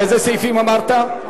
איזה סעיפים אמרת?